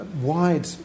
wide